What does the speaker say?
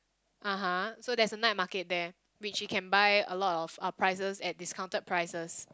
(aha) so there's a night market there which you can buy a lot of prices at discounted prices